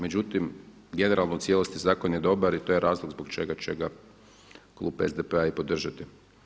Međutim, generalno u cijelosti zakon je dobar i to je razlog zbog čega će ga Klub SDP-a i podržati.